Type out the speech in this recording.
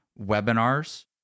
webinars